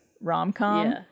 rom-com